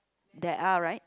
they are right